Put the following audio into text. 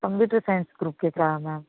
computer science group கேட்கறாங்க ma'am